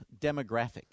demographic